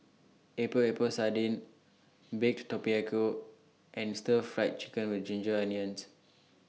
Epok Epok Sardin Baked Tapioca and Stir Fried Chicken with Ginger Onions